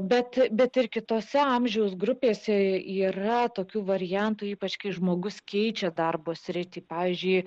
bet bet ir kitose amžiaus grupėse yra tokių variantų ypač kai žmogus keičia darbo sritį pavyzdžiui